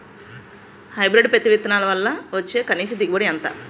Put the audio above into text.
Hybrid పత్తి విత్తనాలు వల్ల వచ్చే కనీస దిగుబడి ఎంత?